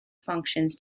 functions